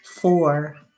four